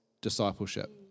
discipleship